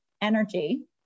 energy